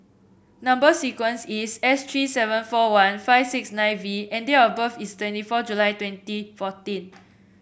number sequence is S three seven four one five six nine V and date of birth is twenty four July twenty fourteen